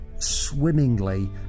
swimmingly